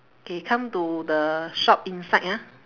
okay come to the shop inside ah